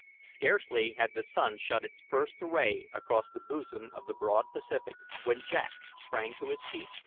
scarcely had the sun shot its first ray across the bosom of the broad pacific when jack sprang to his feet,